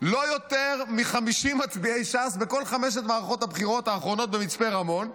לא יותר מ-50 מצביעי ש"ס בכל חמש מערכות הבחירות האחרונות במצפה רמון.